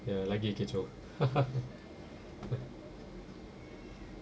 ya lagi kecoh